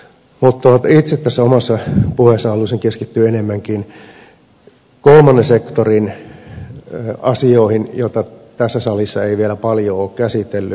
mutta itse tässä omassa puheessani haluaisin keskittyä enemmänkin kolmannen sektorin asioihin joita tässä salissa ei vielä paljon ole käsitelty